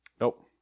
Nope